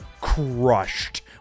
crushed